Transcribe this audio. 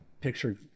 picture